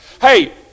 Hey